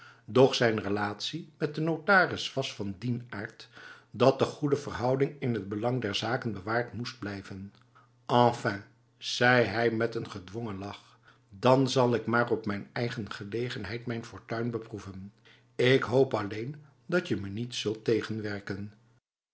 doch zijn relatie met de notaris was van dien aard dat de goede verhouding in het belang der zaken bewaard moest blijven enfin zei hij met een gedwongen lach dan zal ik maar op mijn eigen gelegenheid mijn fortuin beproeven ik hoop alleen datje me niet zult tegenwerken